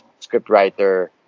scriptwriter